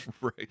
right